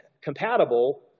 compatible